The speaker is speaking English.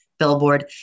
Billboard